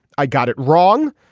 i got it wrong.